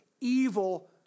evil